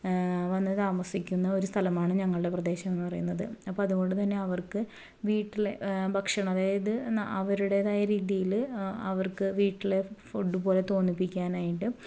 വന്നു താമസിക്കുന്ന ഒരു സ്ഥലമാണ് ഞങ്ങളുടെ പ്രദേശമെന്ന് പറയുന്നത് അപ്പോൾ അതുകൊണ്ട് തന്നെ അവർക്ക് വീട്ടിലെ ഭക്ഷണം അതായത് അവരുടേതായ രീതിയില് അവർക്ക് വീട്ടിലെ ഫുഡ് പോലെ തോന്നിപ്പിക്കാനായിട്ട്